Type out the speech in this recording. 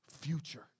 future